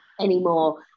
anymore